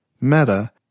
Meta